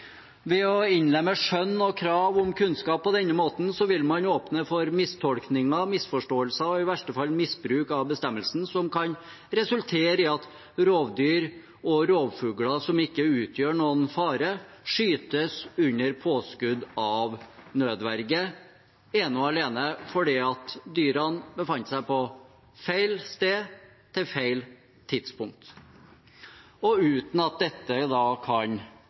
Ved å innlemme skjønn og krav om kunnskap på denne måten vil man åpne for mistolkninger og misforståelser og i verste fall misbruk av bestemmelsen, noe som kan resultere i at rovdyr og rovfugler som ikke utgjør noen fare, skytes under påskudd av nødverge ene og alene fordi dyrene befant seg på feil sted til feil tidspunkt, og uten at dette kan